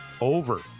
over